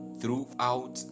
throughout